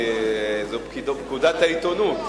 זו פקודת העיתונות.